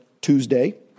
Tuesday